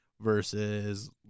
versus